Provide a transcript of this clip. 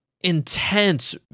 intense